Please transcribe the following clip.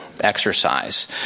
exercise